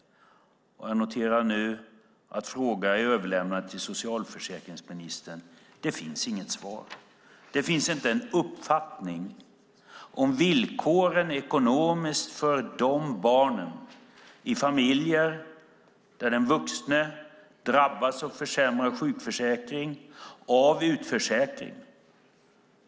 Jag noterar nu att frågan är överlämnad till socialförsäkringsministern. Det finns inget svar. Det finns inte någon uppfattning om de ekonomiska villkoren för barnen i familjer där den vuxne drabbas av försämrad sjukförsäkring och av utförsäkring.